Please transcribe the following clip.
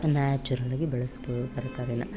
ನ್ಯಾಚುರಲಾಗಿ ಬೆಳೆಸ್ಬೌದು ತರ್ಕಾರಿಯ